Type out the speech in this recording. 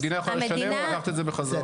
המדינה יכולה לשלם ולקחת את זה בחזרה.